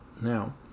Now